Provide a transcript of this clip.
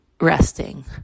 resting